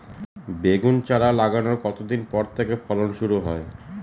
বেগুন চারা লাগানোর কতদিন পর থেকে ফলন শুরু হয়?